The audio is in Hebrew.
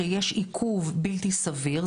שיש עיכוב בלתי סביר,